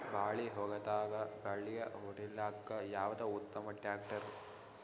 ಬಾಳಿ ಹೊಲದಾಗ ಗಳ್ಯಾ ಹೊಡಿಲಾಕ್ಕ ಯಾವದ ಉತ್ತಮ ಟ್ಯಾಕ್ಟರ್?